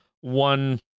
one